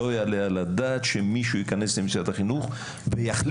לא יעלה על הדעת שמישהו ייכנס למשרד החינוך ויחליט,